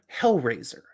Hellraiser